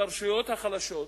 לרשויות החלשות,